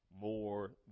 more